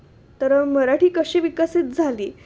तर मराठी कशी विकसित झाली